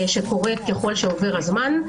שקורית ככל שעובר הזמן.